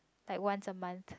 like once a month